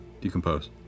Decompose